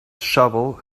shovel